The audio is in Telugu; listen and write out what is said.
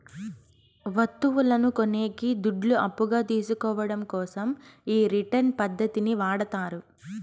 వత్తువును కొనేకి దుడ్లు అప్పుగా తీసుకోవడం కోసం ఈ రిటర్న్స్ పద్ధతిని వాడతారు